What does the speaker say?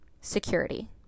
security